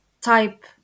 type